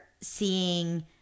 seeing